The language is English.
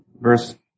verse